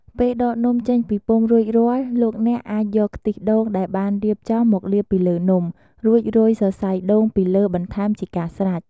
ពេលដកនំចេញពីពុម្ពរួចរាល់ លោកអ្នកអាចយកខ្ទិះដូងដែលបានរៀបចំមកលាបពីលើនំ រួចរោយសរសៃដូងពីលើបន្ថែមជាការស្រេច។